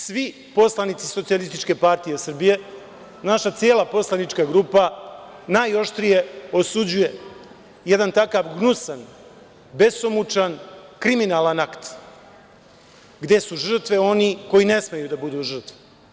Svi poslanici SPS, naša cela poslanička grupa najoštrije osuđuje jedan takav gnusan, besomučan, kriminalan akt, gde su žrtve oni koji ne smeju da budu žrtve.